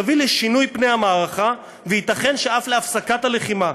יביא לשינוי פני המערכה וייתכן אף להפסקת הלחימה,